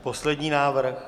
Poslední návrh.